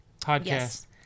podcast